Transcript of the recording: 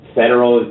federal